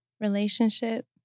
relationship